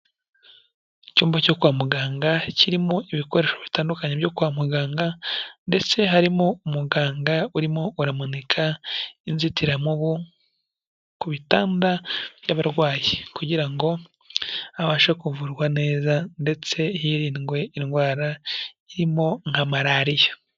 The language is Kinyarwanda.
Icyumba cyo kwa muganga kirimo ibikoresho bitandukanye byo kwa muganga ndetse harimo umuganga urimo uramanika inzitiramubu ku bitanda by'abarwayi, kugira ngo abashe kuvurwa neza ndetse hirindwe indwara irimo nka maraliya.